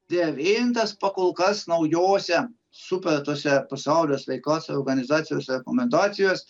devintas pakolkas naujose sutartose pasaulio sveikatos organizacijos rekomendacijose